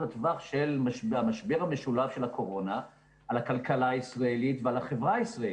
הטווח של המשבר המשולב של הקורונה על הכלכלה הישראלית ועל החברה הישראלית,